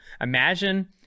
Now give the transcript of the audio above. Imagine